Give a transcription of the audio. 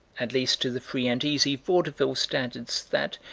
at least to the free and easy vaudeville standards that,